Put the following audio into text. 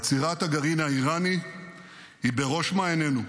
עצירת הגרעין האיראני היא בראש מעייננו,